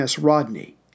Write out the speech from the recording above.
Rodney